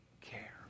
care